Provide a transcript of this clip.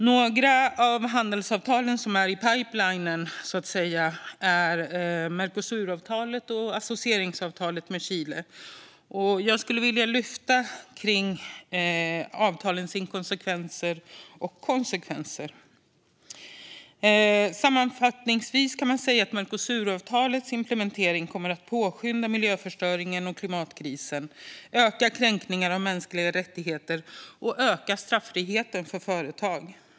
Några av handelsavtalen som så att säga är i pipeline är Mercosuravtalet och associeringsavtalet med Chile. Jag skulle vilja lyfta fram lite om avtalens inkonsekvenser och konsekvenser. Sammanfattningsvis kan man säga att Mercosuravtalets implementering kommer att påskynda miljöförstöringen och klimatkrisen, öka kränkningar av mänskliga rättigheter och öka straffriheten för företag.